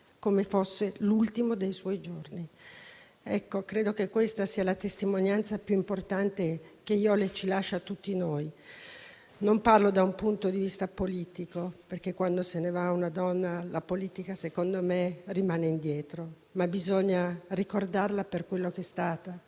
come fosse l'ultimo dei suoi giorni. Credo che questa sia la testimonianza più importante che Jole lascia a tutti noi: non parlo da un punto di vista politico, perché, quando se ne va una donna, la politica secondo me rimane indietro. Bisogna ricordarla per quello che è stata,